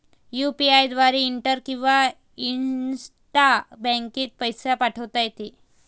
UPI द्वारे inter किंवा intra बँकेत पैसे पाठवता येते